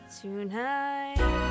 tonight